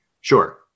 sure